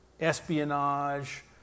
espionage